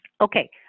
Okay